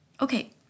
Okay